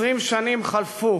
20 שנים חלפו